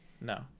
No